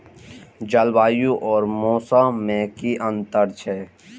जलवायु और मौसम में कि अंतर छै?